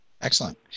Excellent